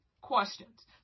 questions